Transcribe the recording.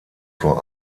vor